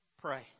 pray